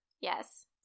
Yes